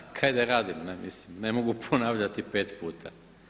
A kaj da radim, ne mogu ponavljati 5 puta.